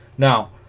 now